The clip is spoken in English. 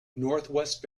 northwest